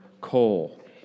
coal